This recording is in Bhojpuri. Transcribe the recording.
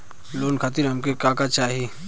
लोन खातीर हमके का का चाही?